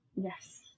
Yes